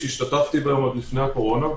אחרים קיבלו יותר מדקה וחצי.